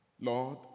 Lord